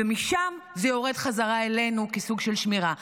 ומשם זה יורד בחזרה אלינו כסוג של שמירה.